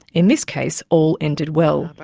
in this case, all ended well.